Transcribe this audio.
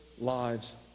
lives